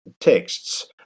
texts